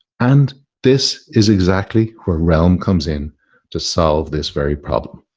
and this is exactly where realm comes in to solve this very problem.